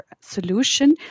solution